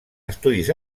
estudis